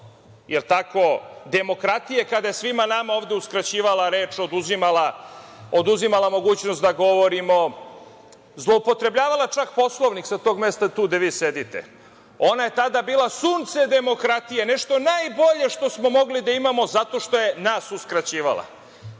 simbol demokratije kada je svima nama ovde uskraćivala reč, oduzimala mogućnost da govorimo, zloupotrebljavala čak Poslovnik sa tog mesta tu gde vi sedite. Ona je tada bila sunce demokratije, nešto najbolje što smo mogli da imamo, zato što je nas uskraćivala.